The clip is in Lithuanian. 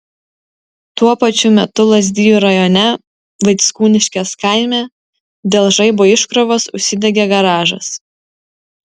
tuo pačiu metu lazdijų rajone vaickūniškės kaime dėl žaibo iškrovos užsidegė garažas